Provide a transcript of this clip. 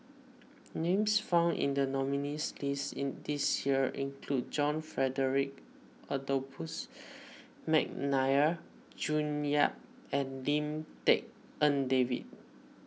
names found in the nominees' list in this year include John Frederick Adolphus McNair June Yap and Lim Tik En David